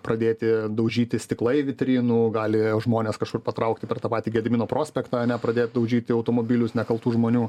pradėti daužyti stiklai vitrinų gali žmonės kažkur patraukti per tą patį gedimino prospektą ane pradėt daužyti automobilius nekaltų žmonių